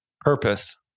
purpose